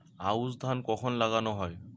আউশ ধান কখন লাগানো হয়?